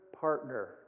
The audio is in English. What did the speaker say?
partner